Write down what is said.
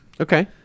Okay